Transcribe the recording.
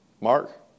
Mark